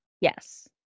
Yes